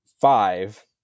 five